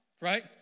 right